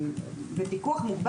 שנמצאים בפיקוח מוגבר